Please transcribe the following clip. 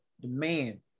demand